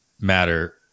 matter